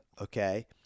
okay